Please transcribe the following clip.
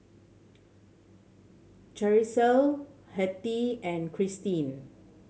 Charisse Hettie and Kristi